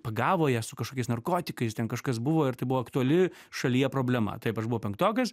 pagavo ją su kažkokiais narkotikais ten kažkas buvo ir tai buvo aktuali šalyje problema taip aš buvau penktokas